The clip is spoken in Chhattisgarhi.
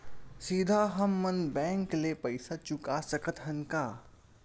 सीधा हम मन बैंक ले पईसा चुका सकत हन का?